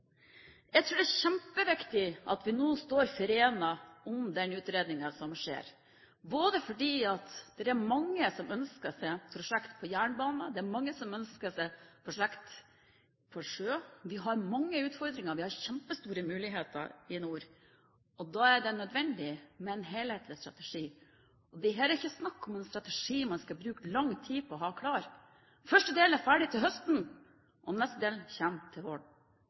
Jeg tror det er kjempeviktig at vi nå står forenet om den utredningen som skjer, både fordi det er mange som ønsker seg et prosjekt når det gjelder jernbane, og det er mange som ønsker seg et prosjekt når det gjelder sjø. Vi har mange utfordringer, og vi har kjempestore muligheter i nord. Da er det nødvendig med en helhetlig strategi. Dette er ikke snakk om en strategi som en skal bruke lang tid på å få klar. Første del er ferdig til høsten, og neste del kommer til